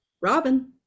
Robin